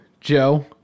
Joe